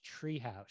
treehouse